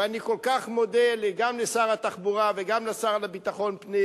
ואני כל כך מודה גם לשר התחבורה ושם לשר לביטחון פנים